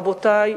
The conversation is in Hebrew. רבותי,